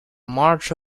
march